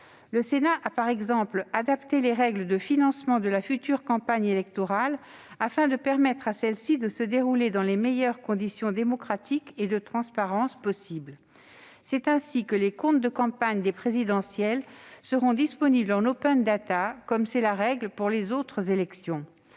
Le Sénat a, par exemple, adapté les règles de financement de la future campagne électorale, afin de permettre à celle-ci de se dérouler dans les meilleures conditions démocratiques et de transparence possible. C'est ainsi que les comptes de campagne des candidats à l'élection présidentielle seront disponibles en, comme c'est la règle pour les autres élections.